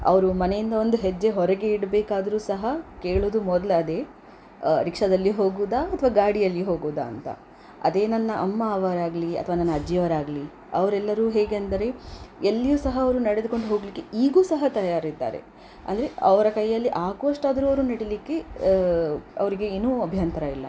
ಅವರು ಮನೆಯಿಂದ ಒಂದು ಹೆಜ್ಜೆ ಹೊರಗೆ ಇಡಬೇಕಾದ್ರು ಸಹ ಕೇಳೋದು ಮೊದಲು ಅದೇ ರಿಕ್ಷಾದಲ್ಲಿ ಹೋಗೋದ ಅಥವಾ ಗಾಡಿಯಲ್ಲಿ ಹೋಗೋದ ಅಂತ ಅದೇ ನನ್ನ ಅಮ್ಮಅವರಾಗಲಿ ಅಥವಾ ನನ್ನ ಅಜ್ಜಿ ಅವರಾಗಲಿ ಅವರೆಲ್ಲರೂ ಹೇಗೆ ಅಂದರೆ ಎಲ್ಲಿಯೂ ಸಹ ಅವರು ನಡೆದುಕೊಂಡು ಹೋಗಲಿಕ್ಕೆ ಈಗ್ಲೂ ಸಹ ತಯಾರಿದ್ದಾರೆ ಅಂದರೆ ಅವರ ಕೈಯ್ಯಲ್ಲಿ ಆಗುವಷ್ಟು ಆದರು ನಡೀಲಿಕ್ಕೆ ಅವರಿಗೆ ಏನೂ ಅಭ್ಯಂತರವಿಲ್ಲ